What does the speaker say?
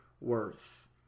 worth